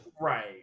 Right